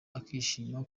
akishima